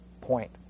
point